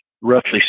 roughly